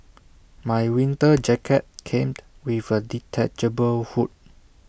my winter jacket came with A detachable hood